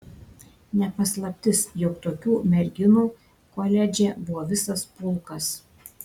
ne paslaptis jog tokių merginų koledže buvo visas pulkas